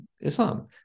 Islam